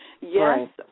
Yes